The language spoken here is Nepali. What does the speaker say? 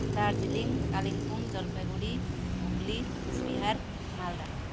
दार्जिलिङ कालिम्पोङ जलपाइगुडी हुगली कुचबिहार मालदा